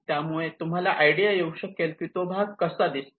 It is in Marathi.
त्यामुळे तुम्हाला आयडिया येऊ शकेल की तो भाग कसा दिसतो